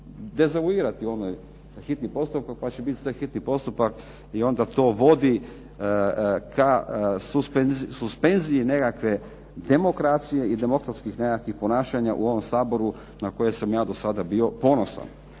dezavuirati one sa hitnim postupkom pa će biti sve hitni postupak i onda to vodi ka suspenziji nekakve demokracije i demokratskih nekakvih ponašanja u ovom Saboru na koje sam ja do sada bio ponosan